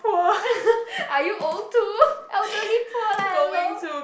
are you old too elderly poor leh hello